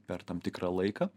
per tam tikrą laiką